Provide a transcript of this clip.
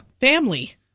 Family